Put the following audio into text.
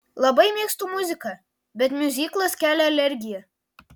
labai mėgstu muziką bet miuziklas kelia alergiją